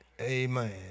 Amen